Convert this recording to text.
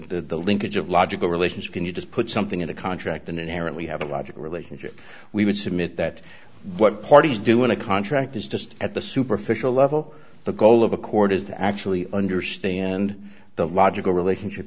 the linkage of logical relations can you just put something in a contract and inherently have a logical relationship we would submit that what parties do in a contract is just at the superficial level the goal of a court is to actually understand the logical relationship